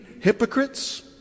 hypocrites